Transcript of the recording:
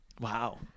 Wow